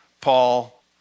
Paul